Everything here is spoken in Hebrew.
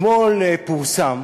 אתמול פורסם